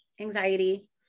anxiety